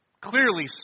clearly